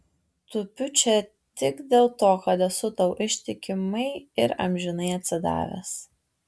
tupiu čia tik dėl to kad esu tau ištikimai ir amžinai atsidavęs